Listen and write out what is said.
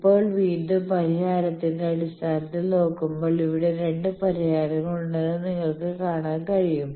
ഇപ്പോൾ വീണ്ടും പരിഹാരത്തിന്റെ അടിസ്ഥാനത്തിൽ നോക്കുമ്പോൾ ഇവിടെ 2 പരിഹാരങ്ങൾ ഉണ്ടെന്ന് നിങ്ങൾക്ക് കാണാൻ കഴിയും